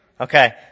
Okay